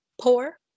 Poor